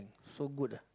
so good ah